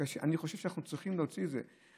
אני חושב שאנחנו צריכים להוציא את זה.